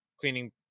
cleaning